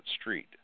street